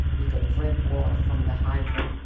we could drink water from the hydrant.